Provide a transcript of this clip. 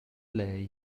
lei